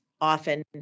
often